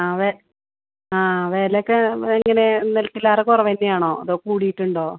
ആ അതെ ആ വെലയൊക്കെ ഭയങ്കര നില്പില്ലാതെ കുറവന്നെയാണോ അതോ കൂടീട്ടുണ്ടോ